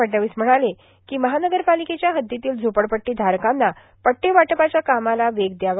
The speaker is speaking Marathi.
फडणवीस म्हणाले काँ महानगरपाालकेच्या हद्दीतील झोपडपट्टी धारकांना पट्टे वाटपाच्या कामास वेग द्यावा